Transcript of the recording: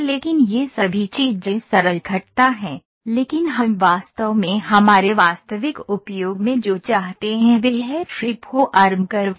लेकिन ये सभी चीजें सरल घटता हैं लेकिन हम वास्तव में हमारे वास्तविक उपयोग में जो चाहते हैं वह है फ्री फॉर्म कर्व्स